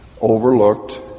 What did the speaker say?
Overlooked